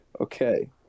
Okay